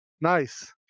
Nice